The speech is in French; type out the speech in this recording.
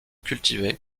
cultivée